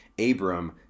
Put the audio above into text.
Abram